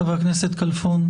חבר הכנסת כלפון?